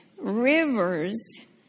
rivers